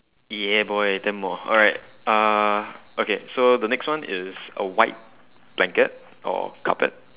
yeah boy ten more alright(uh) okay so the next one is a white blanket or carpet